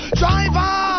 driver